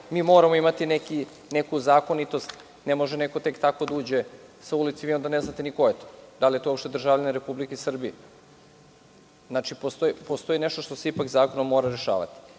moramo imati neku zakonitost. Ne može neko tek tako da uđe sa ulice a vi ne znate ni ko je to, da li je uopšte državljanin Republike Srbije. Znači, postoji nešto što se ipak zakonom mora rešavati.